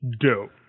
dope